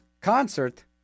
concert